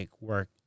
work